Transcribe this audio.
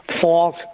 false